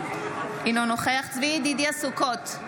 אינו נוכח צבי ידידיה סוכות,